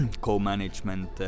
co-management